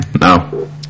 No